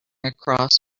across